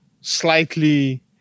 slightly